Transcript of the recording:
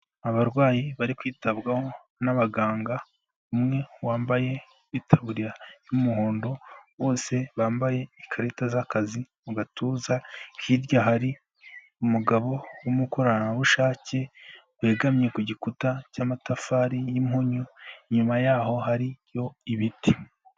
Abarwayi bari kwitabwaho n'abaganga umwe wambaye itaburiya y'umuhondo, bose bambaye ikarita z'akazi mu gatuza, hirya hari umugabo w'umukoranabushake wegamye ku gikuta cy'amatafari y'impunyu, inyuma y'aho hariyo ibiti.